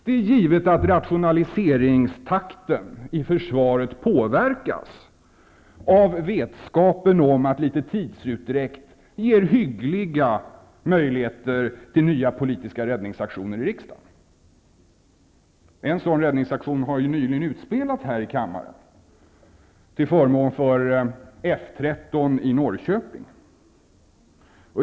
Det är givet att rationaliseringstakten i försvaret påverkas av vetskapen om att litet tidsutdräkt ger hyggliga möjligheter till nya politiska räddningsaktioner i riksdagen. En sådan räddningsaktion har nyligen utspelats här i kammaren, till förmån för F 13 i Norrköping.